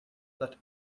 that